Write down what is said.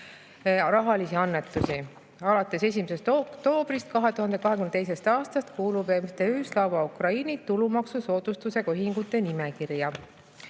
rahalisi annetusi. Alates 1. oktoobrist 2022. aastast kuulub MTÜ Slava Ukraini tulumaksusoodustusega ühingute nimekirja.